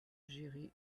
gérer